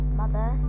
mother